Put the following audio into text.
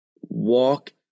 Walk